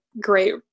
great